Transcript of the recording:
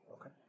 Okay